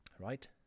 Right